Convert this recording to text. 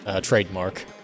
trademark